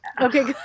Okay